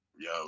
Yo